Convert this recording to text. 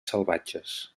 salvatges